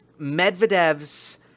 Medvedev's